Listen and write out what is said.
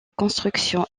construction